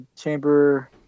chamber